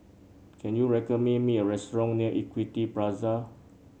can you recommend me a restaurant near Equity Plaza